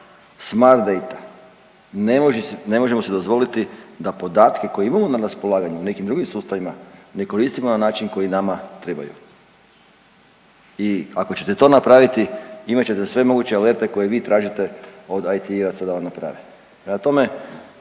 Smart Dana ne možemo si dozvoliti da podatke koje imamo na raspolaganju u nekim drugim sustavima ne koristimo na način koji nama trebaju i ako ćete to napraviti imat ćete sve moguće alerte koje vi tražite od IT-ovaca da vam naprave.